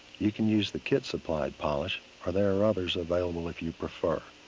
you can use the kit-supplied polish, or there are others available if you prefer.